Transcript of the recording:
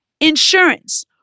insurance